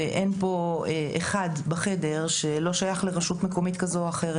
ואין פה אחד בחדר שלא שייך לרשות מקומית כזו או אחרת,